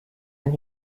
when